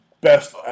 best